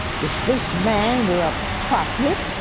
if this man were a prophet,